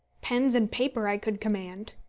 pens and paper i could command.